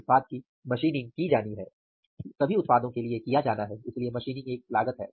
उत्पाद की मशीनिंग की जानी है सभी उत्पादों के लिए किया जाना है इसलिए मशीनिंग एक लागत है